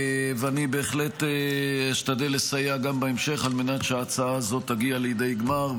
אני בהחלט אשתדל לסייע גם בהמשך על מנת שההצעה הזאת תגיע לידי גמר,